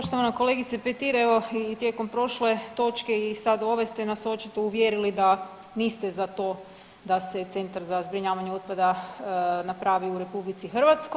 Poštovana kolegice Petir, evo i tijekom prošle točke i sad u ovoj ste nas očito uvjerili da niste za to da se centar za zbrinjavanje otpada napravi u RH.